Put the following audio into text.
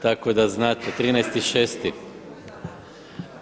Tako da znate, 13.6.